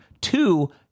two